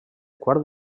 quart